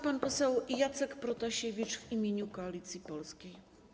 Pan poseł Jacek Protasiewicz w imieniu Koalicji Polskiej.